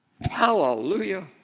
Hallelujah